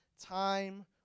time